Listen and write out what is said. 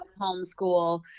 homeschool